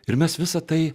ir mes visa tai